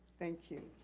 thank you.